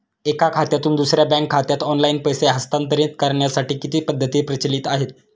एका खात्यातून दुसऱ्या बँक खात्यात ऑनलाइन पैसे हस्तांतरित करण्यासाठी किती पद्धती प्रचलित आहेत?